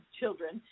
children